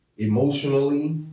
Emotionally